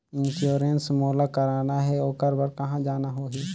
Insurance मोला कराना हे ओकर बार कहा जाना होही?